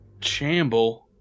Chamble